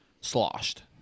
sloshed